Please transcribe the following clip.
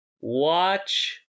watch